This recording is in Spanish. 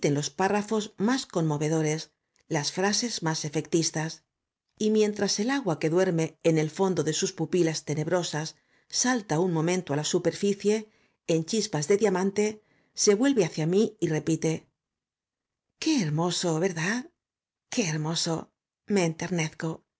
los párrafos más conmovedores jas frases más efectistas y mientras el la s i agua que duerme en el fondo de sus pupilas tenebrosas salta un momento á la superficie en chispas de diamante se vuelve hacia mí y repite qué hermoso verdad qué hermoso me enternezco qué